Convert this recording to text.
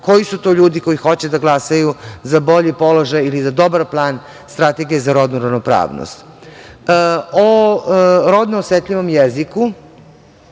koji su to ljudi koji hoće da glasaju za bolji položaj ili za dobar plan Strategije za rodnu ravnopravnost.O rodno osetljivom jeziku,